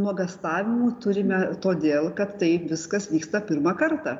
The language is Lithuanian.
nuogąstavimų turime todėl kad tai viskas vyksta pirmą kartą